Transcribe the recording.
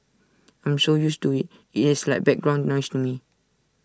I am so used to IT it is like background noise to me